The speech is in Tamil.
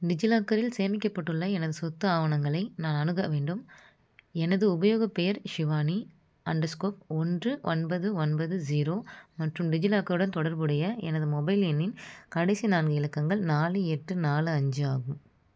டிஜிலாக்கரில் சேமிக்கப்பட்டுள்ள எனது சொத்து ஆவணங்களை நான் அணுக வேண்டும் எனது உபயோகப் பெயர் ஷிவானி அண்டர் ஸ்கோர் ஒன்று ஒன்பது ஒன்பது ஸீரோ மற்றும் டிஜிலாக்கருடன் தொடர்புடைய எனது மொபைல் எண்ணின் கடைசி நான்கு இலக்கங்கள் நாலு எட்டு நாலு அஞ்சு ஆகும்